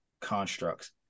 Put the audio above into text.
constructs